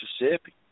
Mississippi